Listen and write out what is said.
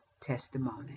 testimony